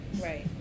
Right